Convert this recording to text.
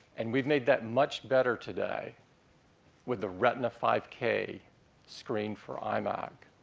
and we've made that much better today with the retina five k screen for imac.